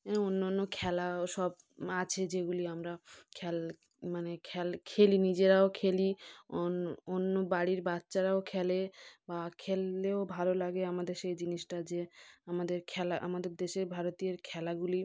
এ অন্য অন্য খেলাও সব আছে যেগুলি আমরা খ্যাল মানে খ্যাল খেলি নিজেরাও খেলি অন অন্য বাড়ির বাচ্চারাও খেলে বা খেললেও ভালো লাগে আমাদের সেই জিনিসটা যে আমাদের খেলা আমাদের দেশের ভারতের খেলাগুলি